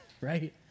right